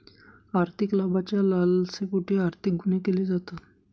आर्थिक लाभाच्या लालसेपोटी आर्थिक गुन्हे केले जातात